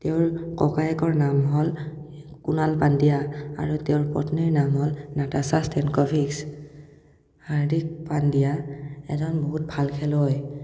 তেওঁৰ ককায়েকৰ নাম হ'ল কুনাল পাণ্ডেয়া আৰু তেওঁৰ পত্নীৰ নাম হ'ল নাটাচা ষ্টেটকভিকছ হাৰ্দিক পাণ্ডেয়া এজন বহুত ভাল খেলুৱৈ